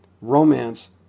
romance